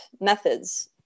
methods